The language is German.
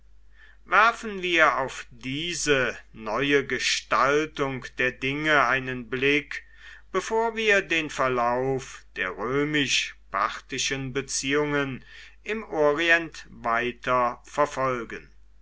werfen wir auf diese neue gestaltung der dinge einen blick bevor wir den verlauf der römisch parthischen beziehungen im orient weiter verfolgen